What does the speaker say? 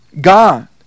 God